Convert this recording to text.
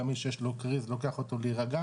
גם מי שיש לו קריז לוקח אותו להירגע,